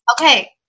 Okay